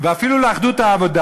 ואפילו לאחדות העבודה